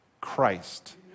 Christ